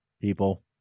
people